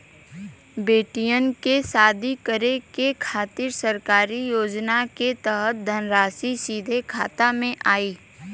बेटियन के शादी करे के खातिर सरकारी योजना के तहत धनराशि सीधे खाता मे आई?